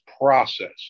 process